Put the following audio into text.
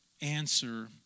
answer